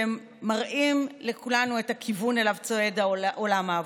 והם מראים לכולנו את הכיוון שאליו צועד עולם העבודה.